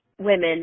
women